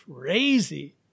crazy